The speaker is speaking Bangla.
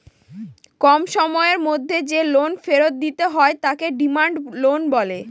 কম সময়ের মধ্যে যে লোন ফেরত দিতে হয় তাকে ডিমান্ড লোন বলে